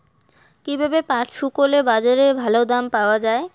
কীভাবে পাট শুকোলে বাজারে ভালো দাম পাওয়া য়ায়?